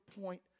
point